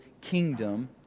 kingdom